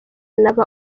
n’aba